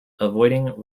avoiding